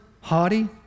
haughty